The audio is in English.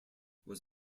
was